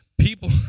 People